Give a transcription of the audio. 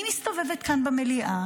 אני מסתובבת כאן במליאה